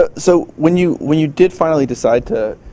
ah so when you when you did finally decide to